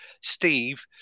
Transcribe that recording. Steve